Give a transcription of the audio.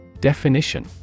Definition